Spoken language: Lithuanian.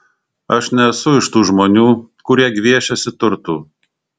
aš nesu iš tų žmonių kurie gviešiasi turtų